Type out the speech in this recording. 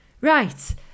Right